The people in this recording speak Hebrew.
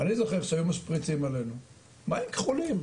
אני זוכר שהיו משפריצים עלינו מים כחולים,